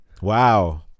Wow